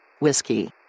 Whiskey